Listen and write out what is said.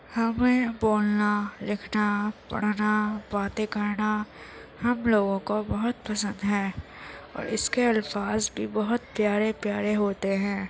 ہمیں بولنا لکھنا پڑھنا باتیں کرنا ہم لوگوں کو بہت پسند ہے اور اس کے الفاظ بھی بہت پیارے پیارے ہوتے ہیں